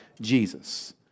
Jesus